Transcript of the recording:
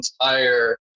entire